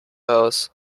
aus